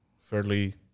fairly